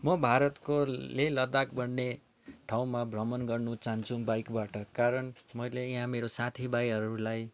म भारतको ले लदाक भन्ने ठाउँमा भ्रमण गर्नु चाहन्छु बाइकबाट कारण मैले यहाँ मेरो साथी भाइहरूलाई